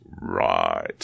Right